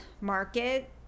market